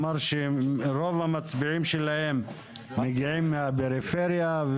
אמר שרוב המצביעים שלהם מגיעים מהפריפריה,